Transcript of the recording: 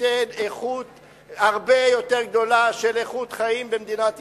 ניתן איכות חיים הרבה יותר טובה במדינת ישראל.